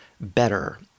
better